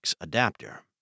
adapter